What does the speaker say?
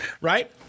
Right